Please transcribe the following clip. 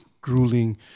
grueling